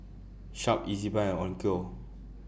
Sharp Ezbuy and Onkyo